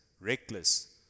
reckless